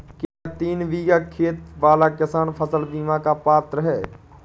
क्या तीन बीघा खेत वाला किसान फसल बीमा का पात्र हैं?